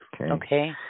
Okay